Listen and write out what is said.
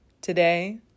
today